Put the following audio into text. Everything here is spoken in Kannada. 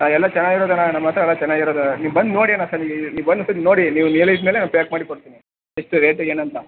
ಆಂ ಎಲ್ಲ ಚೆನ್ನಾಗಿರೋದು ಅಣ್ಣ ನಮ್ಮ ಹತ್ತಿರ ಎಲ್ಲ ಚೆನ್ನಾಗಿರೋದು ಅಣ್ಣ ನೀವು ಬಂದು ನೋಡಿ ಅಣ್ಣ ಸರಿ ನೀವು ಬಂದು ಒಂದು ಸರ್ತಿ ನೋಡಿ ನೀವು ಹೇಳಿದ ಮೇಲೇ ನಾವು ಪ್ಯಾಕ್ ಮಾಡಿ ಕೊಡ್ತೀನಿ ಎಷ್ಟು ರೇಟ್ ಏನಂತ